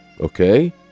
Okay